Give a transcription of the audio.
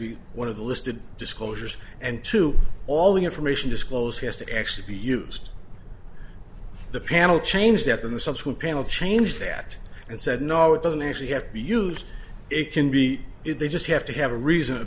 be one of the listed disclosures and to all the information disclose has to actually be used the panel change that in the subsequent panel changed that and said no it doesn't actually have to be used it can be if they just have to have a reason to